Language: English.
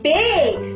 big